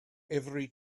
every